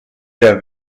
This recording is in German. der